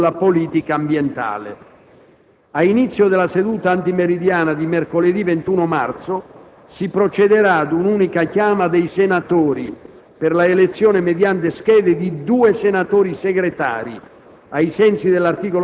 alle mozioni sulla politica ambientale. A inizio della seduta antimeridiana di mercoledì 21 marzo si procederà ad una unica chiama dei senatori per la elezione, mediante schede, di due senatori Segretari